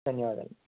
ధన్యవాదాలు